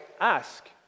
ask